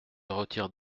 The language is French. retire